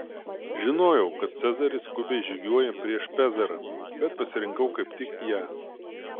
žinojau kad cezaris skubiai žygiuoja prieš pezarą bet pasirinkau kaip tik ją